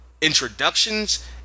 introductions